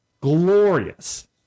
glorious